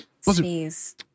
sneeze